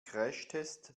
crashtest